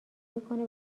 میکنه